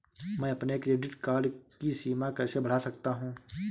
मैं अपने credit card की सीमा कैसे बढ़ा सकता हूँ?